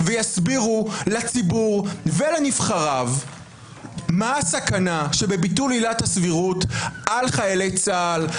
ויסבירו לציבור ולנבחריו מה הסכנה שבביטול עילת הסבירות על חיילי צה"ל,